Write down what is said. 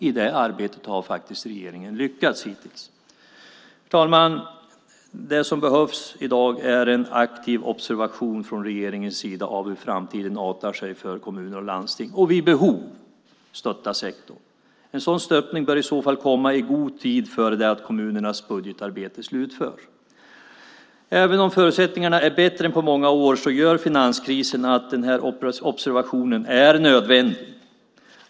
I det arbetet har faktiskt regeringen lyckats hittills. Herr talman! Det som behövs i dag är en aktiv observation från regeringens sida av hur framtiden artar sig för kommuner och landsting och vid behov ett stöd till sektorn. En sådan stöttning bör i så fall komma i god tid innan kommunernas budgetarbete slutförs. Även om förutsättningarna är bättre än på många år gör finanskrisen att den här observationen är nödvändig.